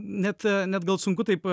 net net gal sunku taip